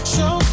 Show